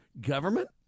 government